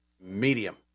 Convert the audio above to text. medium